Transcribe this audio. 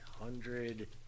hundred